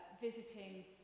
visiting